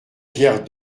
pierre